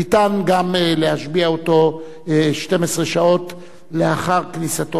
ניתן גם להשביע אותו 12 שעות לאחר כניסתו